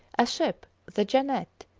a ship, the jeannette,